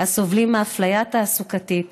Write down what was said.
הסובלים מאפליה תעסוקתית,